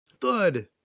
Thud